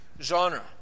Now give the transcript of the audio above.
genre